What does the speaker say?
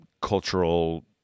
cultural